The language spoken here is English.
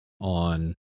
on